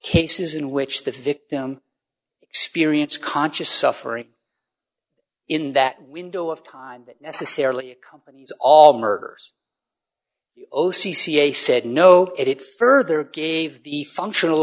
cases in which the victim experience conscious suffering in that window of time necessarily companies all murders o c c a said no it further gave the functional